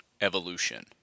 evolution